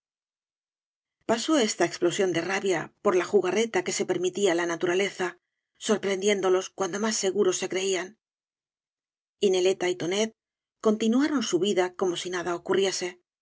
pasó esta explosión de rabia por la jugarreta que permitía la naturaleza sorprendiéndolos cuando más seguros se creían y neleta y tonet continuaron su vida como si nada ocurriese